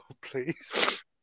please